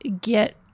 get